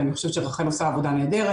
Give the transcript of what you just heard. ואני חושבת שרח"ל עושה עבודה נהדרת,